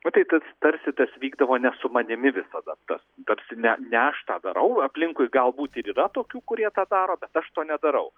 nu tai tas tarsi tas vykdavo ne su manimi visada tas tarsi ne ne aš tą darau aplinkui galbūt ir yra tokių kurie tą daro bet aš to nedarau